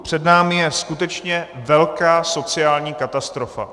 Před námi je skutečně velká sociální katastrofa.